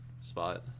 spot